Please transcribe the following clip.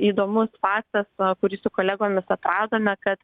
įdomus faktas kurį su kolegomis atradome kad